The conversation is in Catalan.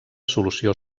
solució